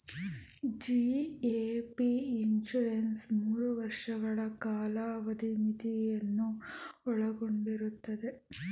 GAP insurance ಮೂರು ವರ್ಷಗಳ ಕಾಲಾವಧಿ ಮಿತಿಯನ್ನು ಒಳಗೊಂಡಿರುತ್ತದೆ